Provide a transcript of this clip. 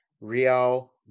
Real